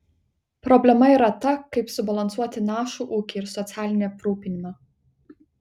problema yra ta kaip subalansuoti našų ūkį ir socialinį aprūpinimą